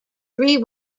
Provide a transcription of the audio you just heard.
three